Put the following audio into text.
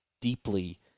deeply